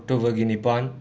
ꯑꯣꯛꯇꯣꯕꯔꯒꯤ ꯅꯤꯄꯥꯟ